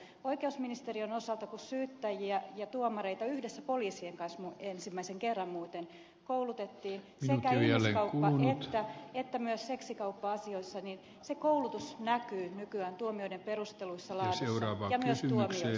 oikeusministeriön osalta kun syyttäjiä ja tuomareita yhdessä poliisien kanssa ensimmäisen kerran muuten koulutettiin sekä ihmiskauppa että myös seksikauppa asioissa se koulutus näkyy nykyään tuomioiden perusteluiden laadussa ja myös tuomioissa